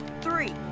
three